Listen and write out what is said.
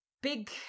big